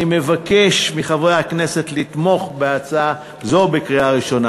אני מבקש מחברי הכנסת לתמוך בהצעה זו בקריאה ראשונה.